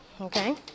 okay